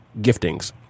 giftings